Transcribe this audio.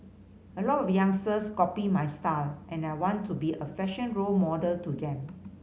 a lot of youngsters copy my style and I want to be a fashion role model to them